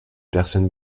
personne